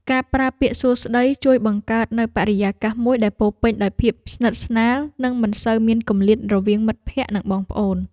ការប្រើពាក្យសួស្តីជួយបង្កើតនូវបរិយាកាសមួយដែលពោរពេញដោយភាពស្និទ្ធស្នាលនិងមិនសូវមានគម្លាតរវាងមិត្តភក្តិនិងបងប្អូន។